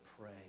pray